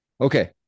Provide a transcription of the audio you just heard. Okay